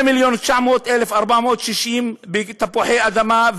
2 מיליון ו-946,000 שקל בתפוחי-אדמה,